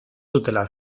dutela